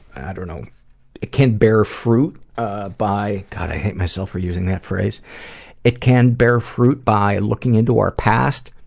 i don't know it can bare fruit ah god, i hate myself for using that phrase it can bare fruit by and looking into our past,